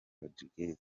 rodriguez